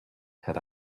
had